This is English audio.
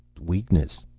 weakness.